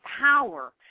power